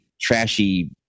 trashy